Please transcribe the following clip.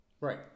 Right